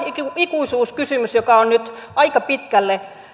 ikuisuuskysymys joka on nyt aika pitkälle